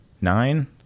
nine